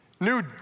new